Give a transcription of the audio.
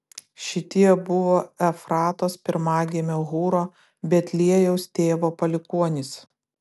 šitie buvo efratos pirmagimio hūro betliejaus tėvo palikuonys